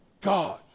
God